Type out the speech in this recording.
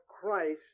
Christ